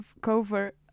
cover